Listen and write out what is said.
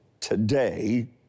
today